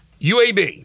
UAB